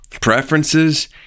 preferences